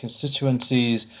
constituencies